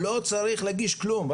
לא צריך להגיש כלום.